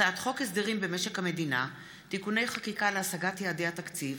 הצעת חוק הסדרים במשק המדינה (תיקוני חקיקה להשגת יעדי התקציב)